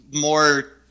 more